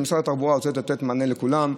משרד התחבורה רוצה לתת מענה לכולם,